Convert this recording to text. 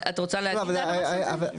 אבל, רגע, את רוצה להגיד משהו על זה?